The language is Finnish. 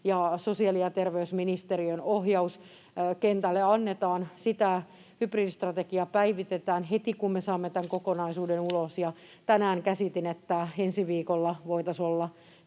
ja sosiaali‑ ja terveysministeriön ohjaus kentälle annetaan. Sitä hybridistrategiaa päivitetään heti, kun me saamme tämän kokonaisuuden ulos. Tänään käsitin, että ensi viikolla voitaisiin olla